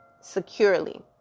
securely